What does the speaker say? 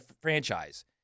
franchise